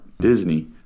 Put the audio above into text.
Disney